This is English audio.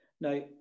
Now